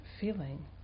feeling